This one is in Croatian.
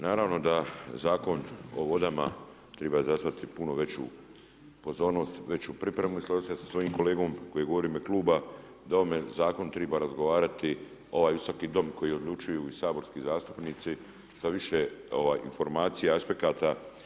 Naravno da Zakon o vodama triba izazvati puno veću pozornost, veću pripremu i složit ću se sa svojim kolegom koji je govorio u ime kluba da o ovome zakonu triba razgovarati ovaj Visoki dom u kojem odlučuju i saborski zastupnici sa više informacija, aspekata.